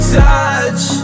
touch